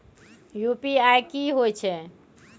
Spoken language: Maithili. यु.पी.आई की होय छै?